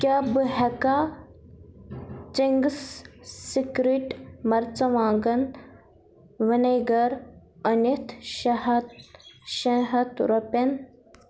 کیٛاہ بہٕٕ ہیٚکا چِنٛگس سیکرِٹ مرژٕوانٛگن وِنیگر أنِتھ شیٚے ہَتھ شیٚے ہَتھ رۄپٮ۪ن